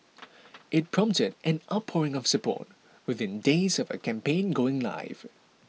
it prompted an outpouring of support within days of her campaign going live